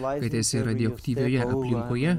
kad esi radioaktyvioje aplinkoje